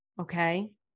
Okay